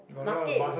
market